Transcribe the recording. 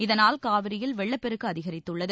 இதனால் காவிரியில் வெள்ளப்பெருக்கு அதிகரித்துள்ளது